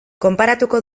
konparatuko